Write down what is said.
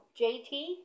JT